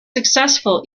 successful